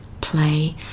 play